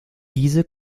diese